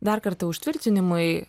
dar kartą užtvirtinimui